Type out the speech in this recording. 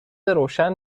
روشن